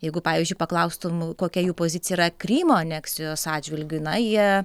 jeigu pavyzdžiui paklaustum kokia jų pozicija yra krymo aneksijos atžvilgiu na jie